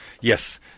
yes